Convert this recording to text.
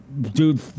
dude